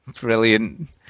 Brilliant